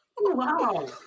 Wow